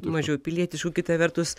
mažiau pilietišku kita vertus